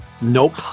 Nope